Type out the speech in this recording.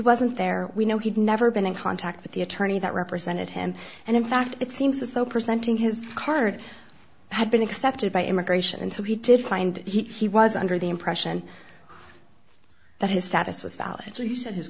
wasn't there we know he'd never been in contact with the attorney that represented him and in fact it seems as though presenting his card had been accepted by immigration and so he did find he was under the impression that his status was valid so he said his